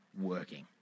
working